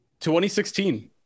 2016